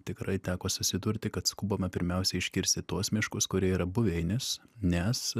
tikrai teko susidurti kad skubama pirmiausiai iškirsti tuos miškus kurie yra buveinės nes